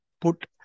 put